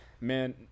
Man